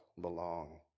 belong